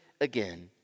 again